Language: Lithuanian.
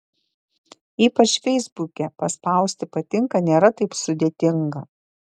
ypač feisbuke paspausti patinka nėra taip sudėtinga